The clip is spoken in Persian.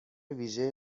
ویژه